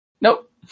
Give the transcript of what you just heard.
Nope